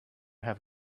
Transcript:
have